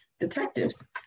detectives